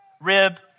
rib